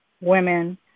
women